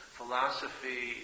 philosophy